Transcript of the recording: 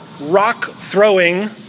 rock-throwing